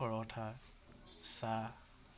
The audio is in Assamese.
পৰঠা চাহ